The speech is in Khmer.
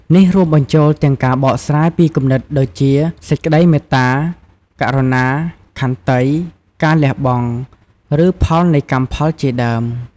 នេះរួមបញ្ចូលទាំងការបកស្រាយពីគំនិតដូចជា សេចក្តីមេត្តា ករុណា ខន្តី ការលះបង់ ឬផលនៃកម្មផលជាដើម។